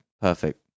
Perfect